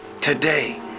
today